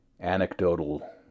anecdotal